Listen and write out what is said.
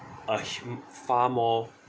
af~ far more